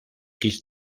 kits